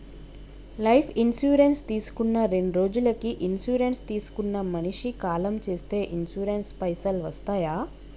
Life insurance తీసుకున్న రెండ్రోజులకి insurance తీసుకున్న మనిషి కాలం చేస్తే ఇన్సూరెన్స్ పైసల్ వస్తయా?